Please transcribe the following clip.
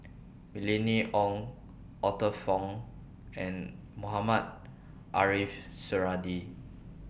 Mylene Ong Arthur Fong and Mohamed Ariff Suradi